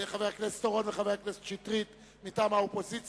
לחבר הכנסת אורון ולחבר הכנסת שטרית מטעם האופוזיציה,